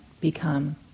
become